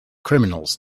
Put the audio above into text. criminals